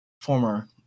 former